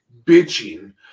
Bitching